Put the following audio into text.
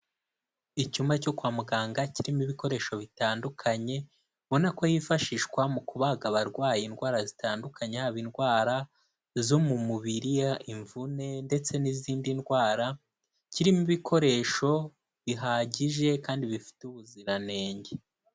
Icyumba cyo kwa muganga kirimo ibikoresho bitandukanye ubonako hifashishwa mu kubaga abarwaye indwara zitandukanye, hababa indwara zo mu mubiriri, imvune ndetse n'izindi ndwara, kirimo ibikoresho bihagije kandi bifite ubuziranenge.